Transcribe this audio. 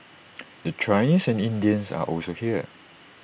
the Chinese and Indians are also here